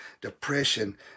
depression